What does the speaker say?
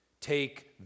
Take